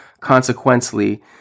Consequently